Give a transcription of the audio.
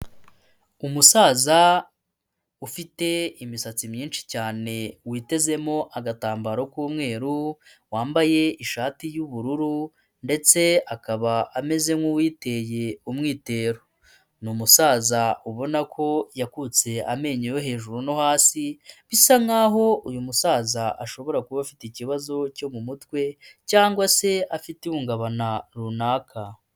Umusaza ufite imisatsi myinshi cyane witezemo agatambaro k'umweru, wambaye ishati y'ubururu ndetse akaba ameze nk'uwiteye umwitero. Ni umusaza ubona ko yakutse amenyo yo hejuru no hasi, bisa nkaho uyu musaza ashobora kuba afite ikibazo cyo mu mutwe. Cyangwa se afite ihungabana runaka.